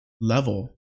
level